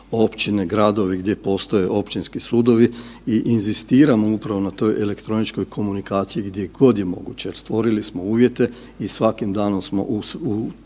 općine i gradove gdje postoje općinski sudovi i inzistiramo upravo na toj elektroničkoj komunikaciji gdje god je moguće jer stvorili smo uvjete i svakim danom smo u tim